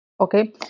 Okay